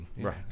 Right